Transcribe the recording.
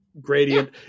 Gradient